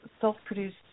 self-produced